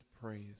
praise